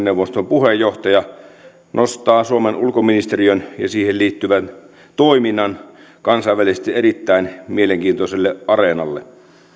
neuvoston puheenjohtaja nostaa suomen ulkoministeriön ja siihen liittyvän toiminnan kansainvälisesti erittäin mielenkiintoiselle areenalle